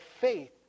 faith